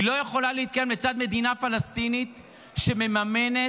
היא לא יכולה להתקיים ליד מדינה פלסטינית שמממנת